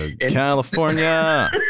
California